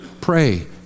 pray